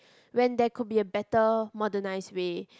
when there could be a better modernized way